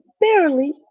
barely